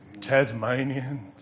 Tasmanian